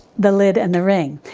the lid and the ring.